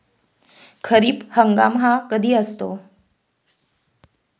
खरीप हंगाम हा कधी असतो?